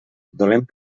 dolent